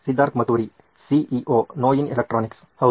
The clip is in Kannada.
ಸಿದ್ಧಾರ್ಥ್ ಮತುರಿ ಸಿಇಒ ನೋಯಿನ್ ಎಲೆಕ್ಟ್ರಾನಿಕ್ಸ್ ಹೌದು